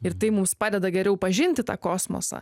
ir tai mums padeda geriau pažinti tą kosmosą